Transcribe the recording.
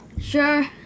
Sure